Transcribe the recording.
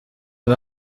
ngo